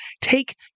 take